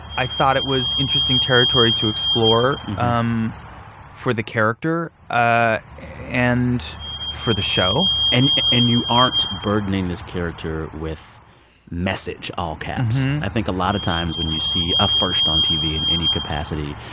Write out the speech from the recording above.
i thought it was interesting territory to explore um for the character ah and for the show and and you aren't burdening this character with message all caps. i think a lot of times when you see a first on tv in any capacity,